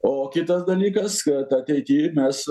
o kitas dalykas kad ateity mes